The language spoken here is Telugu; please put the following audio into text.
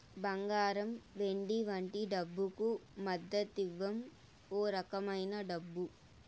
బంగారం వెండి వంటి డబ్బుకు మద్దతివ్వం ఓ రకమైన డబ్బు